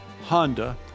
Honda